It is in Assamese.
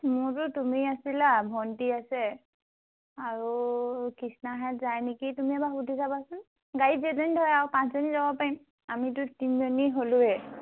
মোৰ যে তুমি আছিলা ভণ্টি আছে আৰু কৃষ্ণাহঁত যায় নেকি তুমি এবাৰ সুধি চাবাচোন গাড়ীত যেইজনী ধৰে আৰু পাঁচজনী যাব পাৰিম আমিতো তিনিজনী হ'লোৱেই